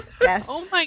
Yes